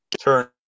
turn